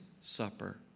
Supper